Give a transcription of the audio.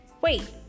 wait